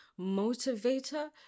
motivator